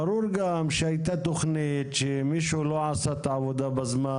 ברור שהייתה תכנית ושמישהו לא עשה את העבודה בזמן.